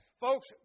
Folks